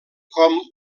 com